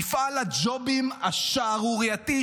מפעל הג'ובים השערורייתי,